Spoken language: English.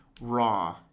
raw